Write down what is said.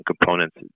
components